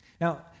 Now